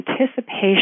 anticipation